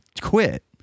quit